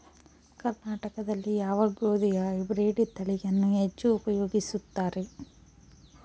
ಕರ್ನಾಟಕದಲ್ಲಿ ಯಾವ ಗೋಧಿಯ ಹೈಬ್ರಿಡ್ ತಳಿಯನ್ನು ಹೆಚ್ಚು ಉಪಯೋಗಿಸುತ್ತಾರೆ?